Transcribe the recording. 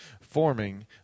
forming